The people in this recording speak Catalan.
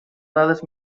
dades